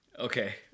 Okay